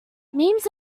memes